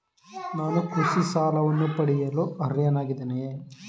ನಾನು ಕೃಷಿ ಸಾಲವನ್ನು ಪಡೆಯಲು ಅರ್ಹನಾಗಿದ್ದೇನೆಯೇ?